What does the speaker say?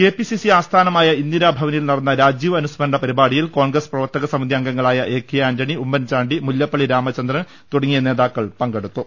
K P C C ആസ്ഥാനമായ ഇന്ദിരാഭവനിൽ നടന്ന രാജീവ് അനുസ്മരണ പരിപാടിയിൽ കോൺഗ്രസ് പ്രവർത്തകസമിതി അംഗങ്ങളായ എ കെ ആന്റണി ഉമ്മൻചാണ്ടി മുല്ലപ്പളളി രാമച ന്ദ്രൻ തുടങ്ങിയ നേതാക്കൾ പങ്കെടുത്തു